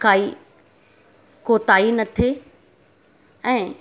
काई कोताही न थिए ऐं